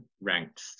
ranked